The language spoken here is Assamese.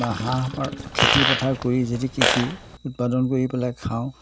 বা হাঁহ খেতি পথাৰ কৰি যদি কৃষি উৎপাদন কৰি পেলাই খাওঁ